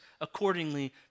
accordingly